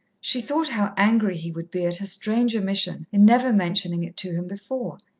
she thought how angry he would be at her strange omission in never mentioning it to him before,